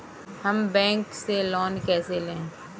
हम बैंक से लोन कैसे लें?